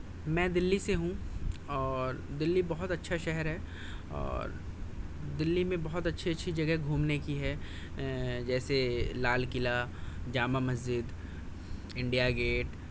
میں دلی سے ہوں اور دلی بہت اچھا شہر ہے اور دلی میں بہت اچھی اچھی جگہ گھومنے کی ہے جیسے لال قلعہ جامع مسجد انڈیا گیٹ